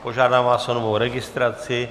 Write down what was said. Požádám vás o novou registraci.